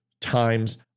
times